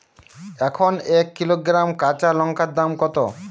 এখন এক কিলোগ্রাম কাঁচা লঙ্কার দাম কত?